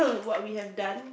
of what we have done